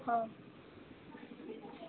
ହଁ